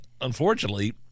unfortunately